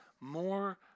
more